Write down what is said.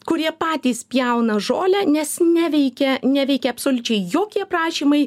kurie patys pjauna žolę nes neveikia neveikia absoliučiai jokie prašymai